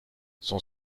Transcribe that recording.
son